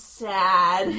sad